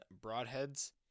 Broadheads